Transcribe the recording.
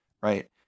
Right